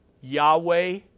Yahweh